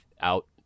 out